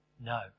No